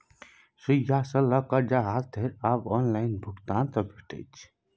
सुईया सँ लकए जहाज धरि आब ऑनलाइन भुगतान सँ भेटि जाइत